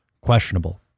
questionable